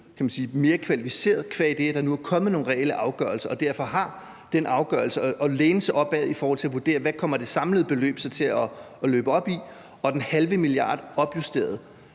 mere kvalificeret, kan man sige, qua det, at der nu er kommet nogle reelle afgørelser, og at man derfor nu har de afgørelser at læne sig op ad i forhold til at vurdere, hvad det samlede beløb så kommer til at løbe op i. Og den halve milliard, det er opjusteret